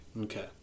okay